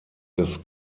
des